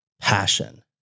passion